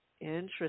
Interesting